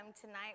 tonight